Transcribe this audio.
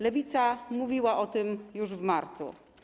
Lewica mówiła o tym już w marcu.